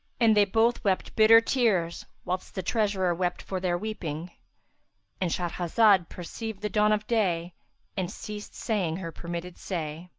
and they both wept bitter tears whilst the treasurer wept for their weeping and shahrazad perceived the dawn of day and ceased saying her permitted say.